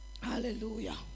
Hallelujah